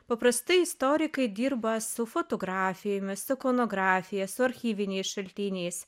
paprastai istorikai dirba su fotografijomis ikonografija su archyviniais šaltiniais